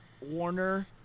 Warner